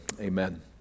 Amen